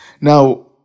Now